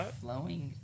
Flowing